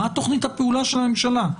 מה תוכנית הפעולה של הממשלה?